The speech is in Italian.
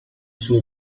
suo